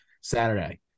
Saturday